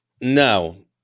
no